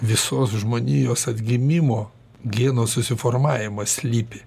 visos žmonijos atgimimo geno susiformavimas slypi